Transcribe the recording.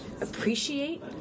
appreciate